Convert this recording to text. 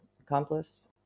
accomplice